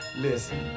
Listen